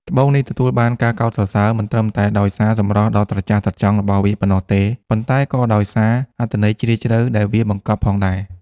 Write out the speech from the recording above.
ត្បូងនេះទទួលបានការកោតសរសើរមិនត្រឹមតែដោយសារសម្រស់ដ៏ត្រចះត្រចង់របស់វាប៉ុណ្ណោះទេ ប៉ុន្តែក៏ដោយសារអត្ថន័យជ្រាលជ្រៅដែលវាបង្កប់ផងដែរ។